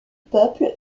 peuple